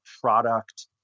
product